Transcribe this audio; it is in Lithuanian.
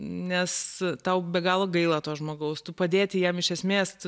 nes tau be galo gaila to žmogaus tu padėti jam iš esmės